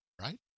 Right